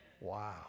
Wow